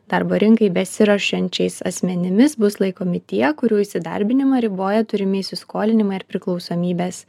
darbo rinkai besiruošiančiais asmenimis bus laikomi tie kurių įsidarbinimą riboja turimi įsiskolinimai ar priklausomybės